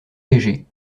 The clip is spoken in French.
léger